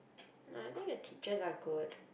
no I think the teachers are good